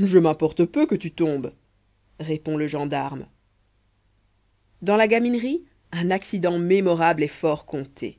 je m'importe peu que tu tombes répond le gendarme dans la gaminerie un accident mémorable est fort compté